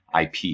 IP